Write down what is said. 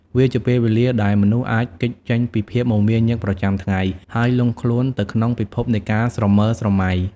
វាជាពេលវេលាដែលមនុស្សអាចគេចចេញពីភាពមមាញឹកប្រចាំថ្ងៃ ហើយលង់ខ្លួនទៅក្នុងពិភពនៃការស្រមើលស្រមៃ។